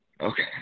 Okay